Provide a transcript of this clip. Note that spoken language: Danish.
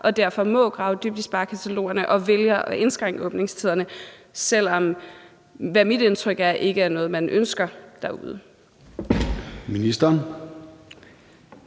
derfor må grave dybt i sparekatalogerne, så de vælger at indskrænke åbningstiderne, selv om – det er mit indtryk – det ikke er noget, man ønsker derude? Kl.